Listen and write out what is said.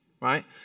Right